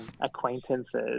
acquaintances